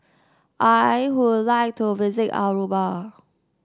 I would like to visit Aruba